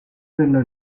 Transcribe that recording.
della